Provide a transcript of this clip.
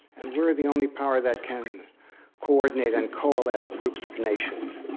and we're the only power that can coordinate and coalesce groups of nations.